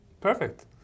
Perfect